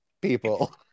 people